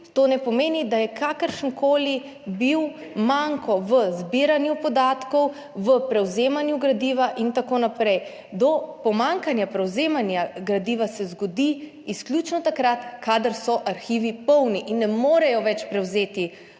to ne pomeni, da je bil kakršen koli manko v zbiranju podatkov, v prevzemanju gradiva in tako naprej. Pomanjkanje prevzemanja gradiva se zgodi izključno takrat, kadar so arhivi polni in ne morejo več prevzeti